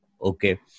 Okay